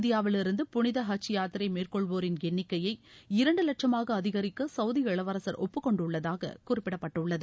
இந்தியாவிலிருந்து புனித ஹஜ் யாத்திரை மேற்கொள்வோரின் எண்ணிக்கையை இரண்டு லட்சமாக அதிகரிக்க சவுதி இளவரசர் ஒப்புக்கொண்டுள்ளதாக குறிப்பிடப்பட்டுள்ளது